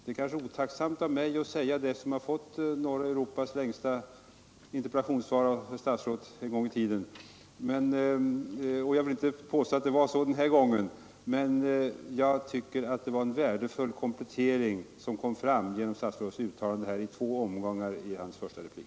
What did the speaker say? Det är kanske otacksamt av mig att säga det, eftersom jag har fått norra Europas längsta interpellationssvar av statsrådet en gång i tiden; och jag vill inte påstå att det var så den här gången. Jag tycker dock att det var en värdefull komplettering som kom fram genom statsrådets uttalande i två omgångar i hans första replik.